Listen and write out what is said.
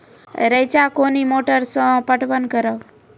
रेचा कोनी मोटर सऽ पटवन करव?